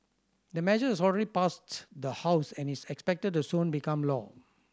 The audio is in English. the measure has already passed the House and is expected to soon become law